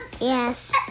Yes